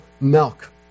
milk